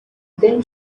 then